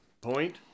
Point